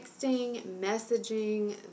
messaging